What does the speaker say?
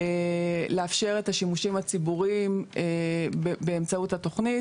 לאפשר את השימושים הציבוריים באמצעות התכנית.